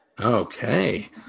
Okay